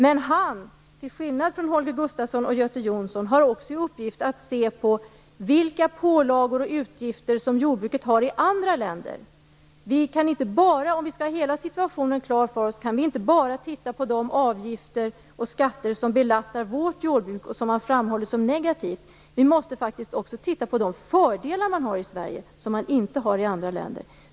Men han har, till skillnad från Holger Gustafsson och Göte Jonsson, också i uppgift att se på vilka pålagor och utgifter som jordbruket har i andra länder. Om vi skall ha hela situationen klar för oss kan vi inte bara se på de avgifter och skatter som belastar vårt jordbruk och som man framhåller som negativa. Vi måste faktiskt också se på de fördelar som man i Sverige men som man inte har i andra länder.